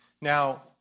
Now